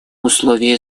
условие